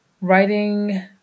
writing